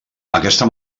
aquesta